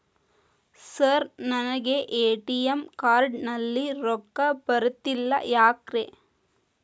Sir ನನಗೆ ATM card ನಲ್ಲಿ ರೊಕ್ಕ ಬರತಿಲ್ಲ ಯಾಕ್ರೇ?